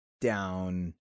down